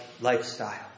lifestyle